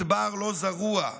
מדבר לא זרוע";